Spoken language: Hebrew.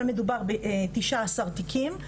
אבל מדובר ב-19 תיקים,